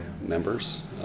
members